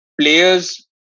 players